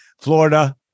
Florida